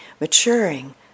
maturing